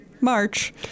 March